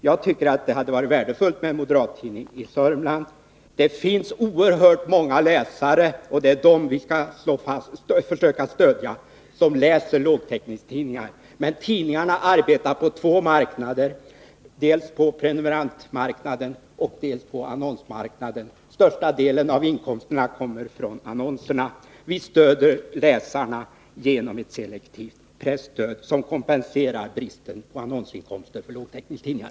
Jag tycker det hade varit värdefullt med en moderat tidning. Det finns oerhört många läsare som läser lågtäckningstidningar. Det är dessa läsare vi skall försöka stödja. Men tidningarna arbetar på två marknader, dels på prenumerantmarknaden, dels på annonsmarknaden. Största delen av inkomsterna kommer från annonserna. Vi stöder läsarna genom ett selektivt presstöd, som kompenserar bristen på annonsintäkter för lågtäckningstidningar.